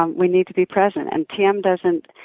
um we need to be present and tm doesn't,